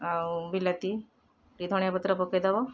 ଆଉ ବିଲାତି ଟିକେ ଧଣିଆ ପତ୍ର ପକେଇଦବ